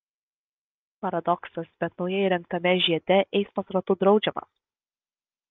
paradoksas bet naujai įrengtame žiede eismas ratu draudžiamas